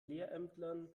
lehrämtlern